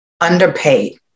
underpaid